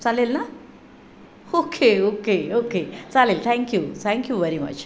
चालेल ना okay okay okay चालेल थँक्यू थँक्यू व्हेरी मच